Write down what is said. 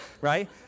Right